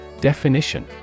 Definition